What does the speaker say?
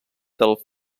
del